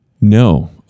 No